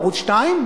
ערוץ-2,